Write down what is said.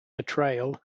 betrayal